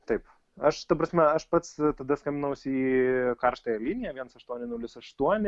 taip aš ta prasme aš pats tada skambinausi į karštąją liniją viens aštuoni nulis aštuoni